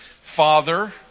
father